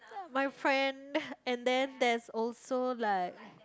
my friend and then there's also like